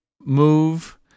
move